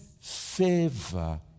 favor